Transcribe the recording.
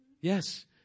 Yes